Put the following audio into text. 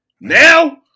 Now